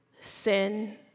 sin